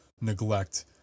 neglect